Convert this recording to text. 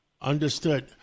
Understood